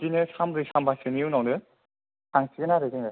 बिदिनो सानब्रै सानबासोनि उनावनो थांसिगोन आरो जोङो